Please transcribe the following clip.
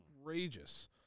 outrageous